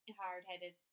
hard-headed